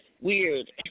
Weird